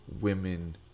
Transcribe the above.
women